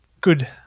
good